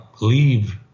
leave